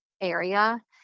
area